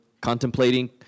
contemplating